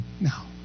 now